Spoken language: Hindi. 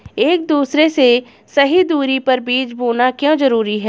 एक दूसरे से सही दूरी पर बीज बोना क्यों जरूरी है?